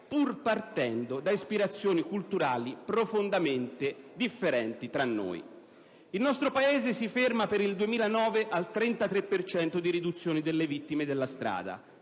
pur partendo da ispirazioni culturali profondamente diverse. Il nostro Paese si ferma, per il 2009, al 33 per cento di riduzione delle vittime della strada,